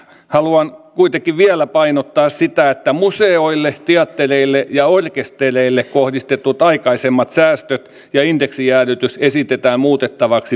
haluan kuitenkin vielä painottaa sitä että museoille teattereille ja orkestereille kohdistetut aikaisemmat säästöt ja indeksijäädytys esitetään muutettavaksi pysyviksi